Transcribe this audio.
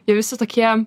jie visi tokie